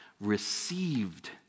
received